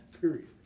period